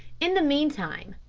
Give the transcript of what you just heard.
in the meantime,